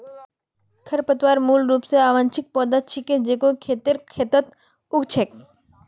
खरपतवार मूल रूप स अवांछित पौधा छिके जेको खेतेर खेतत उग छेक